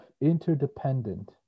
interdependent